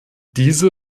diese